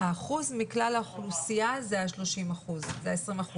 האחוז מכלל האוכלוסייה זה 30%, 20%,